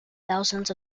thousands